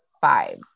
five